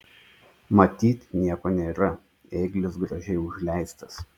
matyt nieko nėra ėglis gražiai užleistas